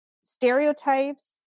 stereotypes